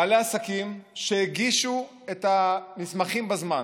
בעלי עסקים שהגישו את המסמכים בזמן,